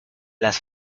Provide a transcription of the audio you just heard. las